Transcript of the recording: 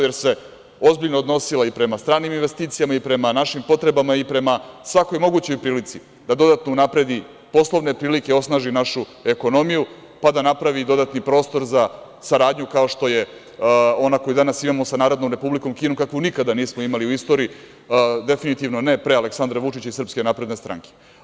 Jer se ozbiljno odnosila i prema stranim investicijama i prema našim potrebama i prema svakoj mogućoj prilici da dodatno unapredi poslovne prilike i osnaži našu ekonomiju, pa da napravi i dodatni prostor za saradnju, kao što je ona koju danas imamo sa Narodnom Republikom Kinom, kakvu nikada nismo imali u istoriji, definitivno ne pre Aleksandra Vučića i SNS.